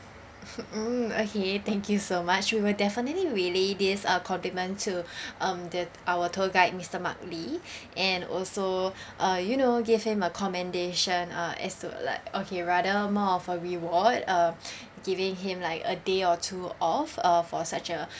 mm okay thank you so much we will definitely relay these um compliment to um the our tour guide mister mark lee and also uh you know give him a commendation uh as to like okay rather more of a reward uh giving him like a day or two off uh for such a